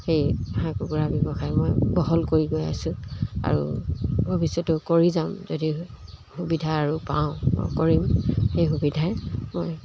সেই হাঁহ কুকুৰা ব্যৱসায় মই বহল কৰি গৈ আছোঁ আৰু ভৱিষ্যতেও কৰি যাম যদি সুবিধা আৰু পাওঁ কৰিম সেই সুবিধাই মই